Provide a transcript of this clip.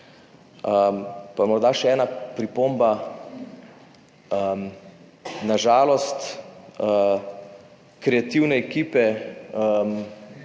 Pa morda še ena pripomba. Na žalost kreativne ekipe